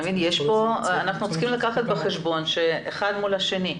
אנחנו צריכים לקחת בחשבון אחד מול השני.